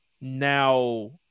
now